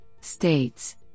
states